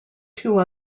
two